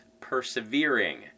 persevering